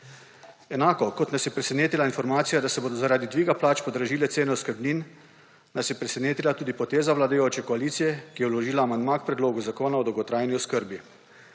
Enako kot nas je presenetila informacija, da se bodo zaradi dviga plač podražile cene oskrbnin, nas je presenetila tudi poteza vladajoče koalicije, ki je vložila amandma k predlogu zakona o dolgotrajni oskrbi.